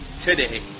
today